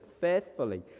faithfully